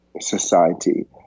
society